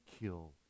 kill